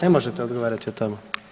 Ne možete odgovarati o tome.